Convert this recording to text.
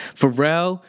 Pharrell